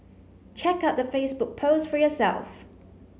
check out the Facebook post for yourself